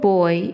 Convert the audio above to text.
Boy